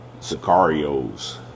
Sicarios